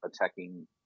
attacking